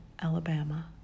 Alabama